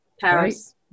Paris